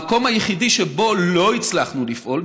המקום היחידי שבו לא הצלחנו לפעול,